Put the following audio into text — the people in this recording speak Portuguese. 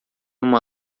uma